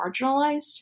marginalized